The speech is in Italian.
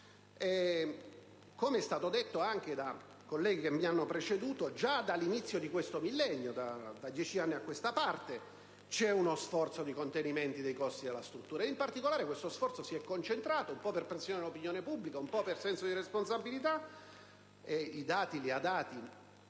Come è stato detto anche dai colleghi che mi hanno preceduto, già dall'inizio di questo millennio, da dieci anni a questa parte, c'è stato uno sforzo di contenimento dei costi della struttura. In particolare, questo sforzo si è concentrato, un po' per pressione dell'opinione pubblica e un po' per senso di responsabilità - i dati li ha